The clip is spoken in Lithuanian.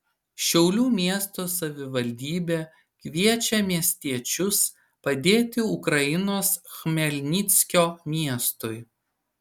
šiaulių miesto savivaldybė kviečia miestiečius padėti ukrainos chmelnickio miestui